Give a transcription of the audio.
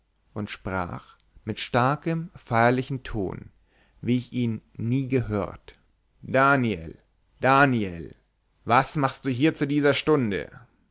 und sprach mit starkem feierlichem ton wie ich ihn nie gehört daniel daniel was machst du hier zu dieser stunde